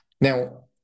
Now